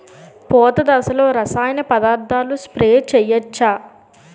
పూత దశలో రసాయన పదార్థాలు స్ప్రే చేయచ్చ?